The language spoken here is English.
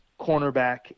cornerback